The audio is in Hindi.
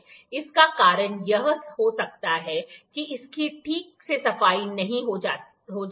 इसका कारण यह हो सकता है कि इसकी ठीक से सफाई नहीं की जाती है